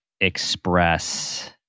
express